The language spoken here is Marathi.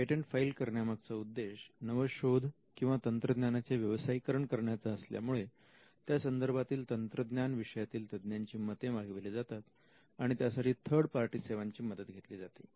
पेटंट फाईल करण्या मागचा उद्देश नवशोध किंवा तंत्रज्ञानाचे व्यवसायीकरण करण्याचा असल्यामुळे त्या संदर्भातील तंत्रज्ञान विषयातील तज्ञांची मते मागविले जातात आणि त्यासाठी थर्ड पार्टी सेवांची मदत घेतली जाते